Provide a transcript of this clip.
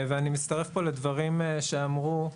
אני מצטרף לדברים שאמרו פה.